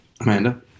amanda